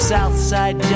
Southside